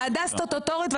ועדה סטטוטורית,